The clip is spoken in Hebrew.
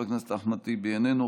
איך ב-2018,